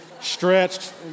stretched